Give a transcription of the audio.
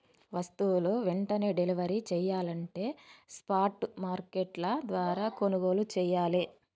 వస్తువులు వెంటనే డెలివరీ చెయ్యాలంటే స్పాట్ మార్కెట్ల ద్వారా కొనుగోలు చెయ్యాలే